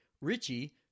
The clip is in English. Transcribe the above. Richie